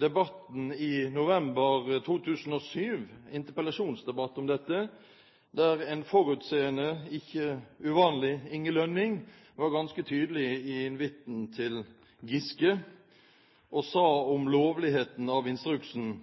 debatten i november 2007, i en interpellasjonsdebatt om dette, der en forutseende – ikke uvanlig – Inge Lønning var ganske tydelig i invitten til Giske og sa om